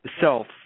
self